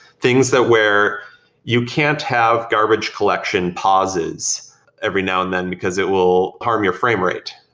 things that where you can't have garbage collection pauses every now and then because it will harm your frame rate,